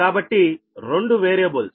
కాబట్టి 2 వేరియబుల్స్